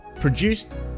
Produced